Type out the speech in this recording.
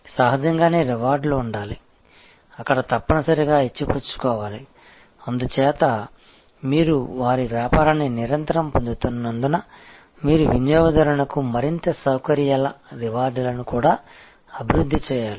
సహజంగానే రివార్డులు ఉండాలి అక్కడ తప్పనిసరిగా ఇచ్చిపుచ్చుకోవాలి అందుచేత మీరు వారి వ్యాపారాన్ని నిరంతరం పొందుతున్నందున మీరు వినియోగదారునికు మరింత సౌకర్యాల రివార్డ్లను కూడా అభివృద్ధి చేయాలి